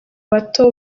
bato